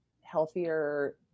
healthier